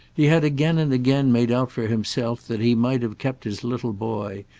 he had again and again made out for himself that he might have kept his little boy,